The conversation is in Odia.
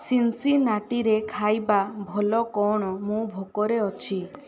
ସିନ୍ସିନାଟିରେ ଖାଇବା ଭଲ କ'ଣ ମୁଁ ଭୋକରେ ଅଛି